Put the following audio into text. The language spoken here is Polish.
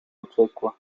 uciekła